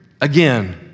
again